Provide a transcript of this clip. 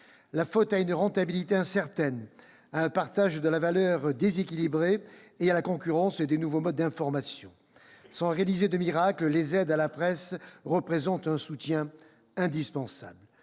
La faute à une rentabilité incertaine, à un partage de la valeur déséquilibré et à la concurrence des nouveaux modes d'information. Sans réaliser de miracle, les aides à la presse représentent un soutien indispensable.